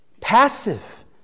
Passive